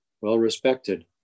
well-respected